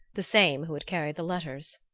the same who had carried the letters.